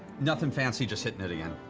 nothing fancy, just hitting it again.